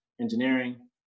engineering